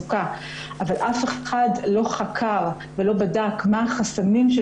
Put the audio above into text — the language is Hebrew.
שאף אחד לא חקר ולא בדק מה החסמים של